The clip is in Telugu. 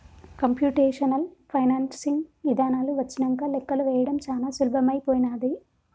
కంప్యుటేషనల్ ఫైనాన్సింగ్ ఇదానాలు వచ్చినంక లెక్కలు వేయడం చానా సులభమైపోనాది